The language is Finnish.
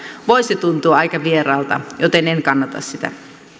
voisi tuntua aika vieraalta joten en kannata sitä